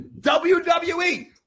WWE